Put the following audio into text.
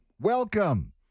Welcome